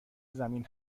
زمین